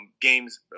games